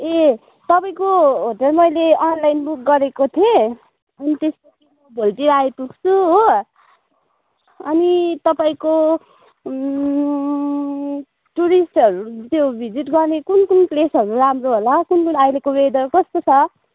ए तपाईँको होटेल मैले online book गरेको थिएँ अनि त्यसपछि भोलितिर आइपुग्छु हो अनि तपाईँको टुरिस्टहरू त्यो भिजिट गर्ने कुन कुन प्लेसहरू राम्रो होला कुन कुन अहिलेको वेदर कस्तो छ